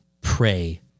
pray